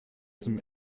zum